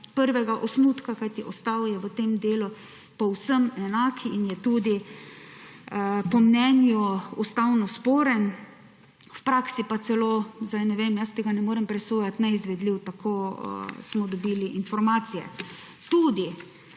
prvega osnutka, kajti ostal je v tem delu povsem enak in je tudi po mnenju ustavno sporen, v praksi pa celo – zdaj ne vem, jaz tega ne morem presojati – neizvedljiv. Take informacije smo